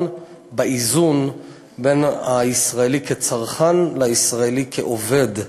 באיזון בין הישראלי כצרכן לישראלי כעובד.